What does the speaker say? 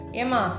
Emma